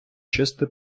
чисте